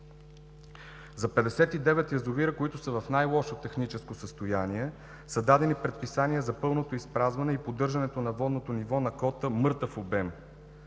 За 59 язовира, които са в най-лошо техническо състояние са дадени предписания за пълното изпразване и поддържането на водното ниво на кота „мъртъв обем“.